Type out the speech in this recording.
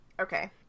Okay